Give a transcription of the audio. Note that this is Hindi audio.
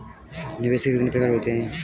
निवेश के कितने प्रकार होते हैं?